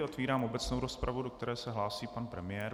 Otevírám obecnou rozpravu, do které se hlásí pan premiér.